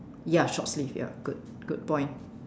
ya short sleeves ya good good point